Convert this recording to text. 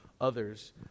others